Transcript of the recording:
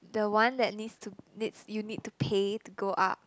the one that needs to needs you need to pay to go up